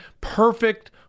perfect